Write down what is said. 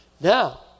Now